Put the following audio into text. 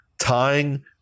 tying